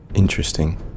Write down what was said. Interesting